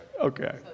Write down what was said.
Okay